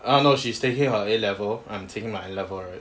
err no she's taking her A level I'm taking N level right